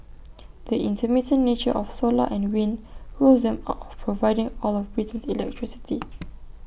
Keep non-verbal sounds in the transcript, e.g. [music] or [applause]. [noise] the intermittent nature of solar and wind rules them out of providing all of Britain's electricity [noise]